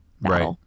Right